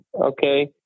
Okay